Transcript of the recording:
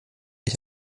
ich